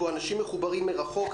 אנשים מחוברים פה מרחוק,